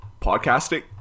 podcasting